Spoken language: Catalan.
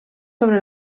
sobre